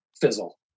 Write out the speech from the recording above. fizzle